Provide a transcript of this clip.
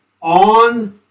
on